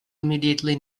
immediately